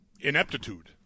ineptitude